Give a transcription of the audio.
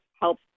help